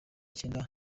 cyenda